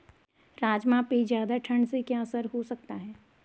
राजमा पे ज़्यादा ठण्ड से क्या असर हो सकता है?